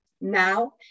Now